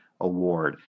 Award